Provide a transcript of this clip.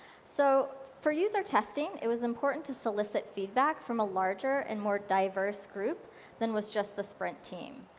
so for user testing, it was important to solicit feedback from a larger and more diverse group than was just the sprint team.